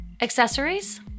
Accessories